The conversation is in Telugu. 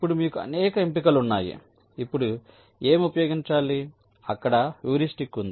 ఇప్పుడు మీకు అనేక ఎంపికలు ఉన్నాయి ఇప్పుడు ఏమి ఉపయోగించాలి అక్కడ హ్యూరిస్టిక్ ఉంది